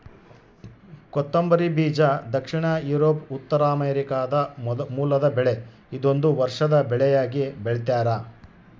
ಕೊತ್ತಂಬರಿ ಬೀಜ ದಕ್ಷಿಣ ಯೂರೋಪ್ ಉತ್ತರಾಮೆರಿಕಾದ ಮೂಲದ ಬೆಳೆ ಇದೊಂದು ವರ್ಷದ ಬೆಳೆಯಾಗಿ ಬೆಳ್ತ್ಯಾರ